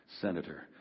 Senator